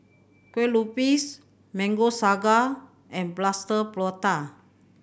Kueh Lupis Mango Sago and Plaster Prata